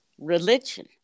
religion